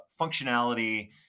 functionality